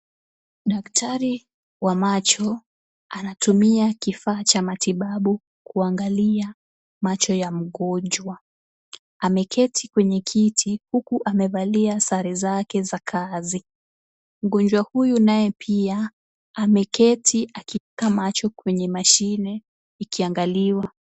Daktari wa macho anatumia kifaa cha matibabu kuangalia macho ya mgonjwa. Ameketi kwenye kiti, huku amevalia sare zake za kazi. Mgonjwa huyu naye pia ameketi, akieka macho kwenye mashine ikiangaliwa.